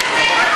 זהבה גלאון.